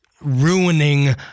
ruining